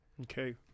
Okay